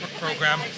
program